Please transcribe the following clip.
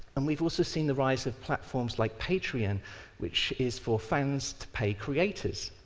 and we've also seen the rise of platforms like patreon which is for fans to pay creators.